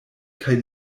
kaj